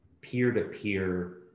peer-to-peer